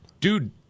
Dude